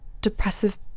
depressive